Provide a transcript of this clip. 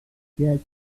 пять